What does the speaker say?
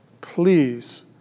please